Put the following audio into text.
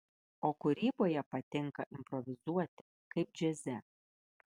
o kūryboje patinka improvizuoti kaip džiaze